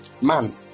Man